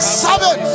seven